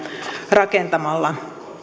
rakentamalla